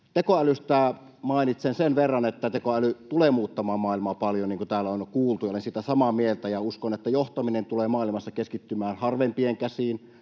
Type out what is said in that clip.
Tekoälystä mainitsen sen verran, että tekoäly tulee muuttamaan maailmaa paljon, niin kuin täällä on kuultu. Olen siitä samaa mieltä. Uskon, että johtaminen tulee maailmassa keskittymään harvempien käsiin,